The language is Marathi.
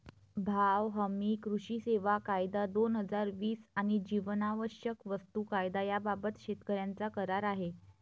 भाव हमी, कृषी सेवा कायदा, दोन हजार वीस आणि जीवनावश्यक वस्तू कायदा याबाबत शेतकऱ्यांचा करार आहे